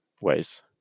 ways